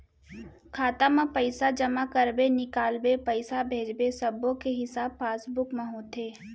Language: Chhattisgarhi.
खाता म पइसा जमा करबे, निकालबे, पइसा भेजबे सब्बो के हिसाब पासबुक म होथे